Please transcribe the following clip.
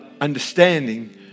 understanding